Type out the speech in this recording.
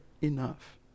enough